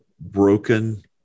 broken